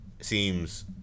seems